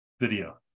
video